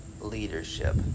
leadership